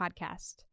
Podcast